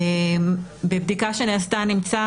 בבדיקה שנעשתה נמצא